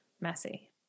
messy